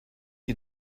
you